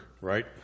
Right